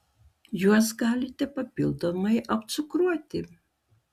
juos galite papildomai apcukruoti